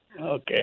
Okay